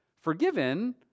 Forgiven